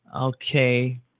okay